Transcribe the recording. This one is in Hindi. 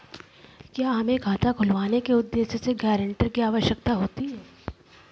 क्या हमें खाता खुलवाने के उद्देश्य से गैरेंटर की आवश्यकता होती है?